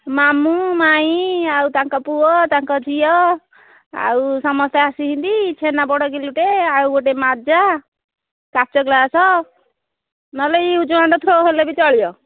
ମାମୁଁ ମାଇଁ ଆଉ ତାଙ୍କ ପୁଅ ତାଙ୍କ ଝିଅ ଆଉ ସମସ୍ତେ ଆସିଛନ୍ତି ଛେନାପୋଡ଼ କିଲୋଟେ ଆଉ ଗୋଟେ ମାଜା କାଚ ଗ୍ଲାସ୍ ନହେଲେ ୟୁଜ୍ ଆଣ୍ଡ୍ ଥ୍ରୋ ହେଲେବି ଚଳିବ